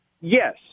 Yes